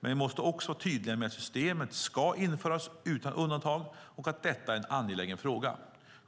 Men vi måste också vara tydliga med att systemet ska införas utan undantag och att detta är en angelägen fråga.